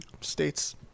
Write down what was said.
states